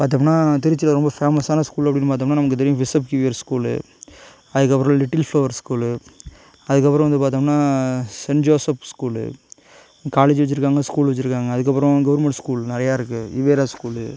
பார்த்தோம்னா திருச்சியில ரொம்ப ஃபேமஸான ஸ்கூல் அப்படினு பார்த்தோம்னா நமக்கு தெரியும் பிஷப் ஹீபர் ஸ்கூலு அதுக்கப்புறோம் லிட்டில் ஃப்ளவர் ஸ்கூலு அதுக்கப்புறோம் வந்து பார்த்தோம்னா சென்ட் ஜோசப் ஸ்கூலு காலேஜி வச்சிருக்காங்க ஸ்கூலு வச்சிருக்காங்க அதுக்கப்கப்றம் கவுர்மெண்ட் ஸ்கூல் நிறையா இருக்கு ஈவேரா ஸ்கூலு